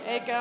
talman